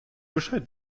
bescheid